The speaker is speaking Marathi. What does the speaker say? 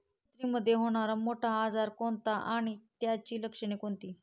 कुत्रीमध्ये होणारा मोठा आजार कोणता आणि त्याची लक्षणे कोणती?